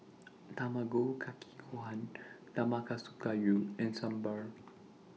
Tamago Kake Gohan Nanakusa Gayu and Sambar